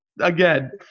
Again